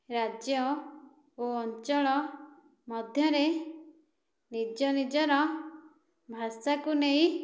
ରାଜ୍ୟ ଓ ଅଞ୍ଚଳ ମଧ୍ୟରେ ନିଜ ନିଜର ଭାଷାକୁ ନେଇ